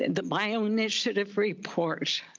the my own initiative report,